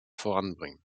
voranbringen